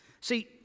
See